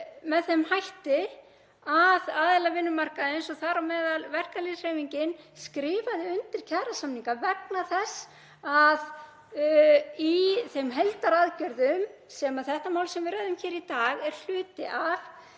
með þeim hætti að aðilar vinnumarkaðarins, og þar á meðal verkalýðshreyfingin, skrifuðu undir kjarasamninga vegna þess að í þeim heildaraðgerðum, sem þetta mál sem við ræðum hér í dag er hluti af,